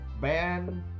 ban